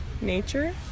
nature